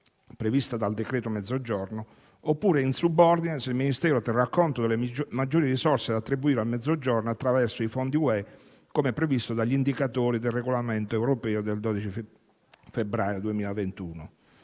prevista dal cosiddetto decreto Mezzogiorno o, in subordine, se il Ministero terrà conto delle maggiori risorse da attribuire al Mezzogiorno attraverso i fondi UE, come previsto dagli indicatori del regolamento europeo del 12 febbraio 2021;